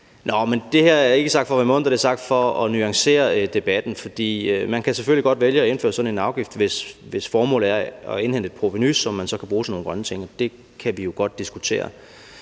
det her er ikke sagt for at være munter, det er sagt for at nuancere debatten, for man kan selvfølgelig godt vælge at indføre sådan en afgift, hvis formålet er at indhente et provenu, som man så kan bruge til nogle grønne ting. Det kan vi jo godt diskutere,